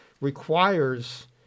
requires